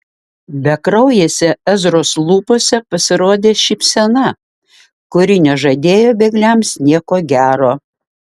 bekraujėse ezros lūpose pasirodė šypsena kuri nežadėjo bėgliams nieko gero